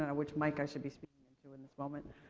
and which mic i should be speaking into in this moment.